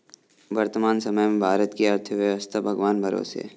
वर्तमान समय में भारत की अर्थव्यस्था भगवान भरोसे है